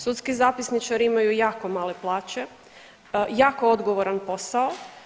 Sudski zapisničari imaju jako male plaće, jako odgovoran posao.